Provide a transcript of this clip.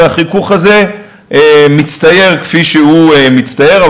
והחיכוך הזה מצטייר כפי שהוא מצטייר.